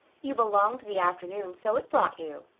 you belong to the afternoon so it brought you.